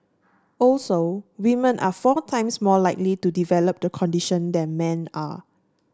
also women are four times more likely to develop the condition than men are